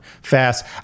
fast